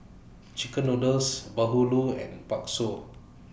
Chicken Noodles Bahulu and Bakso